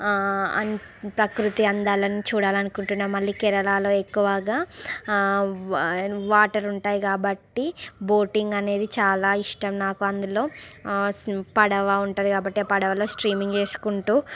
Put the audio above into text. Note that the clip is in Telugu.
ప్రకృతి అందాలను చూడాలని అకుంటున్నాను మళ్ళీ కేరళలో ఎక్కువగా వాటరు ఉంటాయి కాబట్టి బోటింగ్ అనేది చాలా ఇష్టం నాకు అందులో పడవ ఉంటుంది కాబట్టి ఆ పడవలో స్ట్రీమింగ్ చేసుకుంటూ